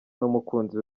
n’umukunzi